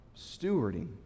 stewarding